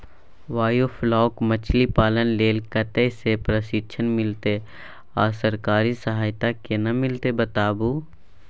Biofloc मछलीपालन लेल कतय स प्रशिक्षण मिलत आ सरकारी सहायता केना मिलत बताबू?